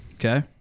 okay